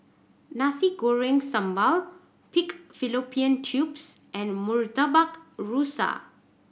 Nasi Goreng Sambal pig fallopian tubes and Murtabak Rusa